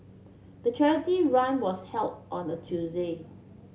the charity run was held on a Tuesday